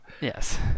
Yes